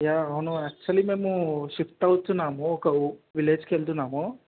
yeah అవునా actually మేము shift అవుతున్నాము ఒక ఉ విలేజ్కు వెళ్తున్నాము